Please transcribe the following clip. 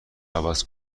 عوض